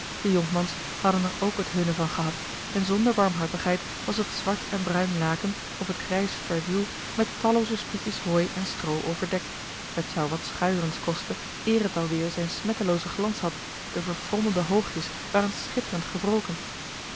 de jonkmans hadden er ook het hunne van gehad en zonder barmhartigheid was het zwart en bruin laken of het grijs ferwiel met tallooze sprietjes hooi en strooi overdekt het zou wat schuierens kosten eer het al weêr zijn smetteloozen glans had de verfrommelde hoogjes waren schitterend gewroken